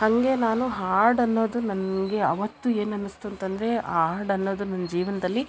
ಹಂಗೆ ನಾನು ಹಾಡನ್ನೊದು ನನಗೆ ಆವತ್ತು ಏನನ್ನಸ್ತು ಅಂತಂದರೆ ಆ ಹಾಡನ್ನೋದು ನನ್ನ ಜೀವನದಲ್ಲಿ